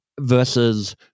versus